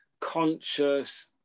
conscious